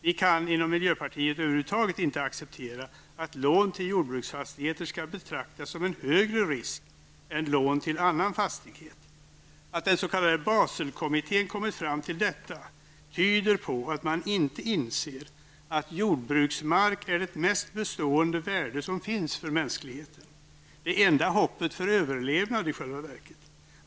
Vi kan inom miljöpartiet över huvud taget inte acceptera att lån till jordbruksfastighet skall betraktas som något som innebär en högre risk än lån till annan fastighet. Att den s.k. Baselkommittén kommit fram till detta tyder på att man inte inser att jordbruksmark innebär det mest bestående värde som finns för mänskligheten, det enda hoppet för överlevnad.